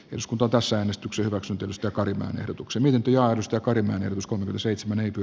jos kuntotaso omistuksen rapsutustako ryhmän ehdotuksen johdosta karinainen uskoo seitsemän edun